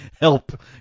Help